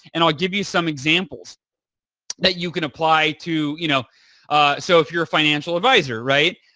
and i'll give you some examples that you can apply to you know so if you're a financial advisor, right,